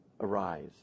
arise